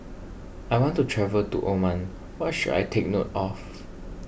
I want to travel to Oman what should I take note of